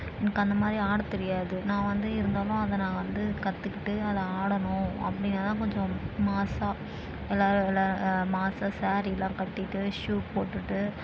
எனக்கு அந்த மாதிரி ஆட தெரியாது நான் வந்து இருந்தாலும் அதை நான் வந்து கற்றுக்கிட்டு அதை ஆடணும் அப்படினா தான் கொஞ்சம் மாஸ்ஸாக எல்லாேரும் எல்லாேரும் மாஸ்ஸாக ஸாரீயெலாம் கட்டிகிட்டு ஷூ போட்டுகிட்டு